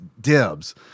dibs